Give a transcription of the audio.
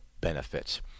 benefits